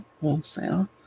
wholesale